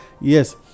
Yes